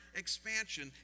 expansion